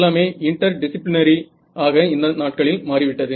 எல்லாமே interdisciplinary ஆக இந்த நாட்களில் மாறிவிட்டது